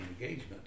engagement